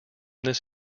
this